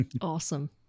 Awesome